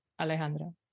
Alejandra